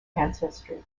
ancestry